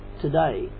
today